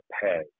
pay